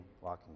walking